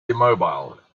immobile